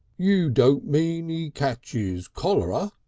you don't mean e ketches cholera.